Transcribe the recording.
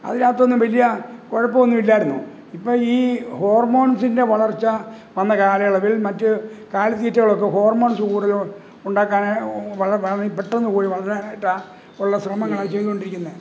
അതിനകത്തൊന്നും വലിയ കുഴപ്പം ഒന്നുമില്ലായിരുന്നു ഇപ്പോൾ ഈ ഹോര്മോണ്സിന്റെ വളര്ച്ച വന്ന കാലയളവില് മറ്റ് കാലിത്തീറ്റകളൊക്കെ ഹോര്മോണ്സ് കൂടുതൽ ഉണ്ടാക്കാൻ വളരെ പെട്ടന്ന് കോഴി വളരാനായിട്ടാണ് ഉള്ള ശ്രമങ്ങളാണ് ചെയ്തുകൊണ്ടിരിക്കുന്നത്